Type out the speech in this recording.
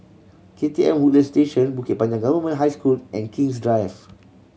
K T M Woodlands Station Bukit Panjang Government High School and King's Drive